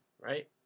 right